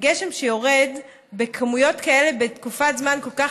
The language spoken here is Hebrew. גשם שיורד בכמויות כאלה בתקופת זמן כל כך